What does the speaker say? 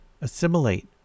assimilate